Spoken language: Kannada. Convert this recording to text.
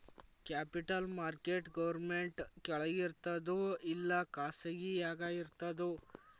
ಕ್ಯಾಪಿಟಲ್ ಮಾರ್ಕೆಟ್ ಗೌರ್ಮೆನ್ಟ್ ಕೆಳಗಿರ್ತದೋ ಇಲ್ಲಾ ಖಾಸಗಿಯಾಗಿ ಇರ್ತದೋ?